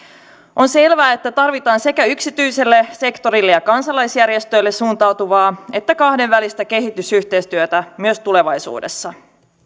on selvää että tarvitaan sekä yksityiselle sektorille ja kansalaisjärjestöille suuntautuvaa että kahdenvälistä kehitysyhteistyötä myös tulevaisuudessa